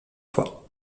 fois